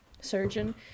surgeon